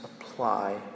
apply